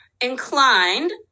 inclined